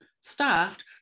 staffed